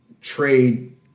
trade